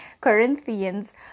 Corinthians